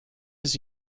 his